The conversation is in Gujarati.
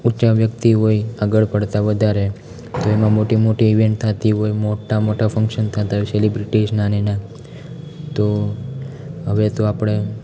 ઊંચા વ્યક્તિ હોય આગળ પડતા વધારે તો એમાં મોટી મોટી ઈવેંટ થાતી હોય મોટા મોટા ફંગ્સન થતા હોય સેલિબ્રિટિસનાને એના તો હવે તો આપણે